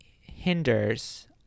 hinders